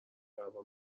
دعوا